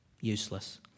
useless